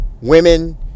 women